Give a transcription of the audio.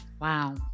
Wow